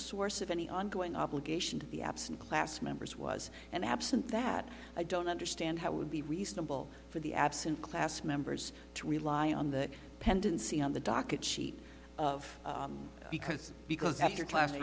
source of any ongoing obligation to be absent class members was and absent that i don't understand how it would be reasonable for the absent class members to rely on the pendency on the docket sheet of because because after class